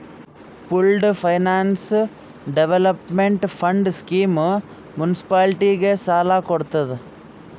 pooled finance development fund scheme ಮುನ್ಸಿಪಾಲಿಟಿಗ ಸಾಲ ಕೊಡ್ತುದ್